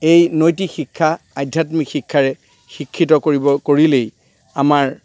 এই নৈতিক শিক্ষা আধ্যাত্মিক শিক্ষাৰে শিক্ষিত কৰিব কৰিলেই আমাৰ